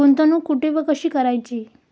गुंतवणूक कुठे व कशी करायची?